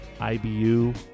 IBU